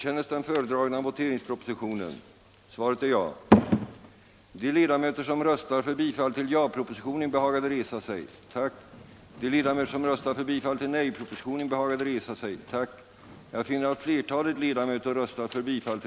Ärade kammarledamöter!